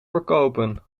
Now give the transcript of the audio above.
verkopen